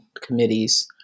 committees